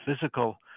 physical